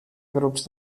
grups